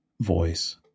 voice